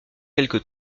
quelque